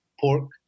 pork